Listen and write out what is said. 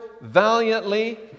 valiantly